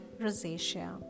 Rosacea